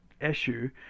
issue